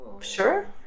Sure